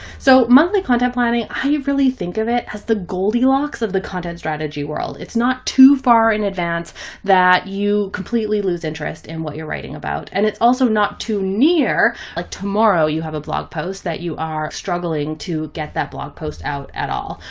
so monthly content planning, how you really think of it as the goldilocks of the content strategy world. it's not too far in advance that you completely lose interest in what you're writing about. and it's also not too near like tomorrow you have a blog post that you are struggling to get that blog post out at all.